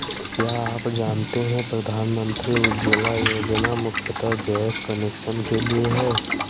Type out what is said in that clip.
क्या आप जानते है प्रधानमंत्री उज्ज्वला योजना मुख्यतः गैस कनेक्शन के लिए है?